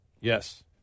yes